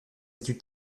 études